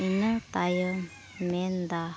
ᱤᱱᱟᱹ ᱛᱟᱭᱚᱢ ᱢᱮᱱᱫᱟ